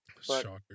Shocker